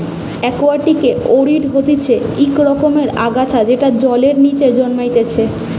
একুয়াটিকে ওয়িড হতিছে ইক রকমের আগাছা যেটা জলের নিচে জন্মাইতিছে